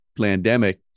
pandemic